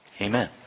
Amen